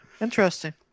Interesting